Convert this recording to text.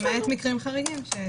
למעט מקרים חריגים.